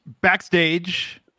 backstage